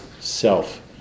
self